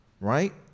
Right